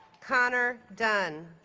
connor dunn